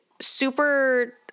super